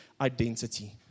identity